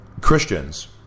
Christians